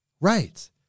Right